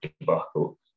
debacle